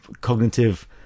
cognitive